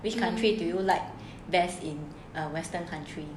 which country do you like best in western countries